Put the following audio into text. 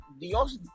Dios